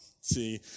See